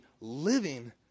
living